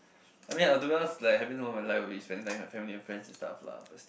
I mean to be honest like happiest moment of my life will be spending time with family and friends and stuff lah but still